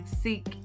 seek